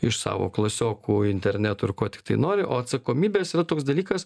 iš savo klasiokų interneto ir ko tiktai nori o atsakomybės yra toks dalykas